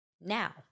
Now